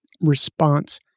response